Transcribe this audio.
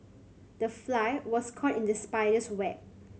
the fly was caught in the spider's web